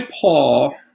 Paul